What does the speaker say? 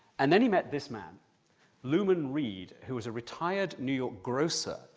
and then he met this man luman reed, who was a retired new york grocer,